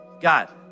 God